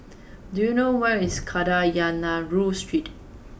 do you know where is Kadayanallur Street